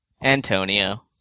Antonio